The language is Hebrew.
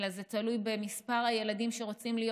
אלא זה תלוי במספר הילדים שרוצים להיות